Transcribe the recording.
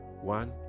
one